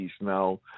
now